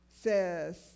says